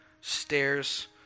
stairs